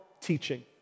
teaching